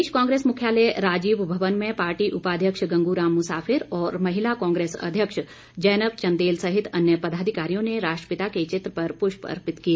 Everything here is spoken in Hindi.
प्रदेश कांग्रेस मुख्यालय राजीव भवन में पार्टी उपाध्यक्ष गंगूराम मुसाफिर और महिला कांग्रेस अध्यक्ष जैनब चंदेल सहित अन्य पदाधिकारियों ने राष्ट्रपिता के चित्र पर पुष्प अर्पित किए